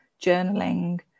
Journaling